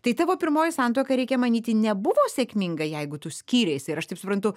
tai tavo pirmoji santuoka reikia manyti nebuvo sėkminga jeigu tu skyreisi ir aš taip suprantu